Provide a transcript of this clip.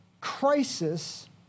crisis